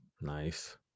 Nice